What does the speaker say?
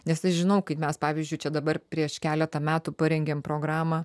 nes aš žinau kaip mes pavyzdžiui čia dabar prieš keletą metų parengėm programą